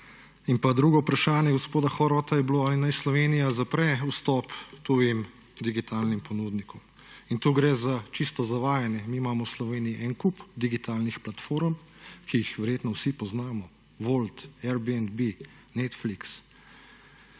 Horvata je bilo ali naj Slovenija zapre vstop tujim digitalnim ponudnikom in tu gre za čisto zavajanje. Mi imamo v Sloveniji en kup digitalnih platform, ki jih verjetno vsi poznam Wolt, Airbnb, Netflix.